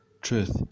truth